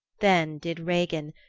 then did regin,